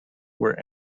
were